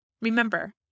Remember